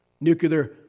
Nuclear